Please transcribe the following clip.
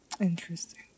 Interesting